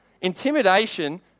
Intimidation